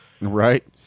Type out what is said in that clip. Right